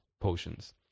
potions